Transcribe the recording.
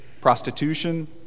prostitution